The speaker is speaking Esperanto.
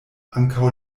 ankaŭ